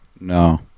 No